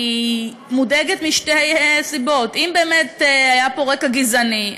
אני מודאגת משתי סיבות: אם באמת היה פה רקע גזעני,